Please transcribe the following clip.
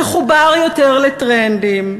מחובר יותר לטרנדים,